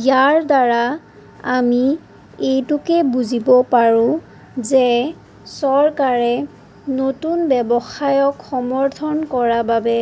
ইয়াৰ দ্বাৰা আমি এইটোকে বুজিব পাৰোঁ যে চৰকাৰে নতুন ব্যৱসায়ক সমৰ্থন কৰাৰ বাবে